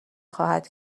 خواهد